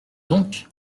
donc